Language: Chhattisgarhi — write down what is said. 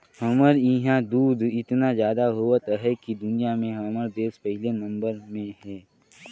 हमर इहां दूद एतना जादा होवत अहे कि दुनिया में हमर देस पहिले नंबर में अहे